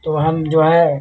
तो हम जो है